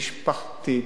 משפחתית,